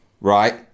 right